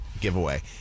giveaway